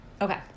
okay